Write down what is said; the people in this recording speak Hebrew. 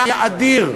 היה אדיר: